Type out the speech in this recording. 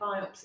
biopsy